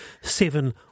seven